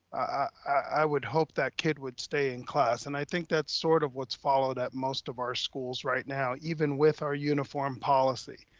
i would hope that kid would stay in class. and i think that's sort of what's followed at most of our schools right now, even with our uniform policy.